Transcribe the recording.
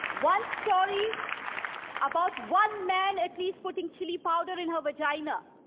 one story about one man, at least, putting chili powder in her vagina,